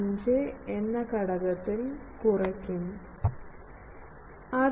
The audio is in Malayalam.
15 എന്ന ഘടകത്തിൽ കുറയ്ക്കൂo